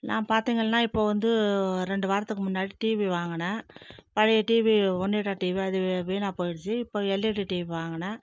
நான் பார்த்தீங்கள்னா இப்போது வந்து ஒரு ரெண்டு வாரத்துக்கு முன்னாடி டிவி வாங்கினேன் பழைய டிவி ஒனிடா டிவி அது வீணாக போயிடுச்சு இப்போது எல்ஈடி டிவி வாங்கினேன்